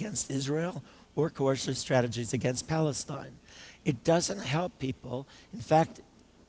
against israel or course or strategies against palestine it doesn't help people in fact